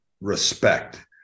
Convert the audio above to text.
respect